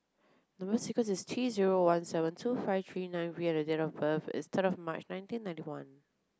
number sequence is T zero one seven two five three nine V and date of birth is third of March nineteen ninety one